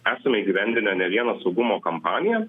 esame įgyvendinę ne vieną saugumo kampaniją